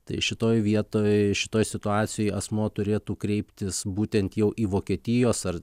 tai šitoj vietoj šitoj situacijoj asmuo turėtų kreiptis būtent jau į vokietijos ar